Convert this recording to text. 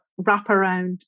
wraparound